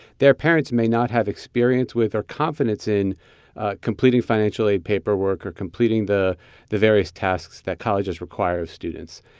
their parents may not have experience with or confidence in completing financial aid paperwork or completing the the various tasks that colleges require of students.